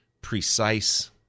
precise